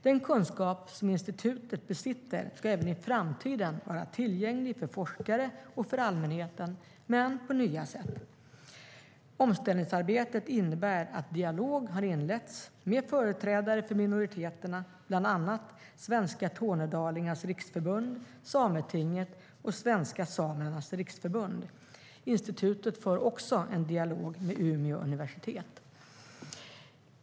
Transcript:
Den kunskap som institutet besitter ska även i framtiden vara tillgänglig för forskare och för allmänheten, men på nya sätt. Omställningsarbetet innebär att dialog har inletts med företrädare för minoriteterna, bland annat Svenska Tornedalingars Riksförbund, sametinget och Svenska Samernas Riksförbund. Institutet för också en dialog med Umeå universitet.